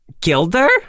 Gilder